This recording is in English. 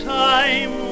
time